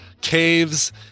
caves